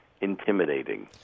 intimidating